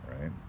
Right